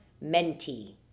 Menti